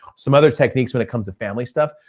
some other techniques when it comes to family stuff,